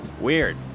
weird